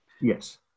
Yes